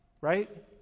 right